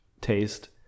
taste